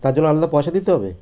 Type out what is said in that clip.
তার জন্য আলাদা পয়সা দিতে হবে